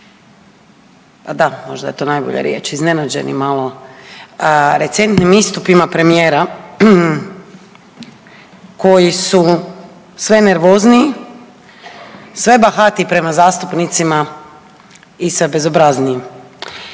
da, možda je to najbolja riječ iznenađeni malo recentnim istupima premijera koji su sve nervozniji, sve bahatiji prema zastupnicima i sve bezobrazniji.